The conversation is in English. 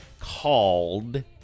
called